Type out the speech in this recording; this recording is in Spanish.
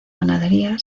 ganadería